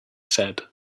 said